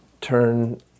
turn